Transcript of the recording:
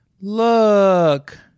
Look